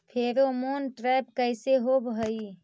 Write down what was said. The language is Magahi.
फेरोमोन ट्रैप कैसे होब हई?